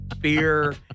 beer